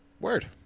word